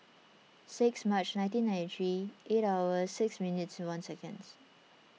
six March nineteen ninety three eight hours six minutes one seconds